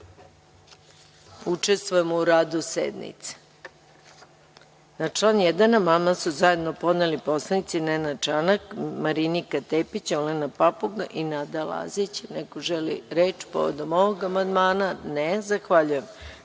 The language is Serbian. Učestvujemo u radu sednice. Na član 1. amandman su zajedno podneli poslanici Nenad Čanak, Marinika Tepić, Olena Papuga i Nada Lazić. Da li neko želi reč povodom ovog amandmana? (Ne.)Na član 1.